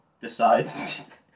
decides